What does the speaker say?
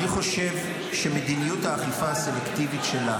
אני חושב שמדיניות האכיפה הסלקטיבית שלה